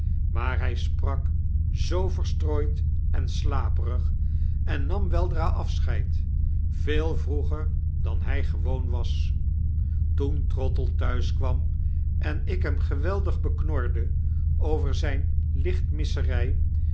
maar hi sprak zoo verstrooid en slaperig en nam weldralafscheid veel vroeger dan hij gewoon was toen trottle thuis kwam en ik hem geweldig beknorde over zjjne